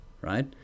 right